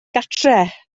gartref